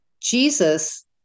Jesus